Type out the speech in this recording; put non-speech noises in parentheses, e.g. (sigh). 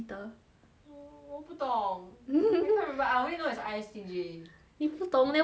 我我不懂 (laughs) I can't remember I only know it's I_S_T_J 你不懂 then what do you know sia is it